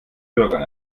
bürgern